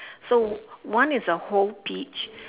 so one is a whole peach